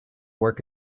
work